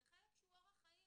זה חלק שהוא אורח חיים,